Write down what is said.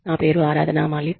నా పేరు ఆరాధన మాలిక్